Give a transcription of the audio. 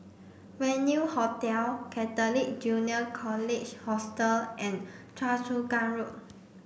Venue Hotel Catholic Junior College Hostel and Choa Chu Kang Road